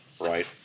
right